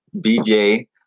BJ